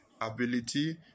ability